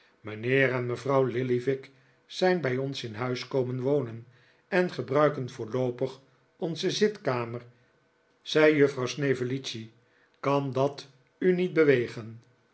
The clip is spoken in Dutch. mijnheer en mevrouw lillyvick zijn bij ons in huis komen wonen en gebruiken voorloopig onze zitkamer zei juffrouw snevellicci kan dat u niet bewegen